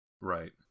Right